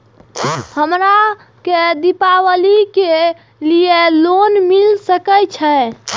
हमरा के दीपावली के लीऐ लोन मिल सके छे?